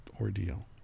ordeal